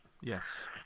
Yes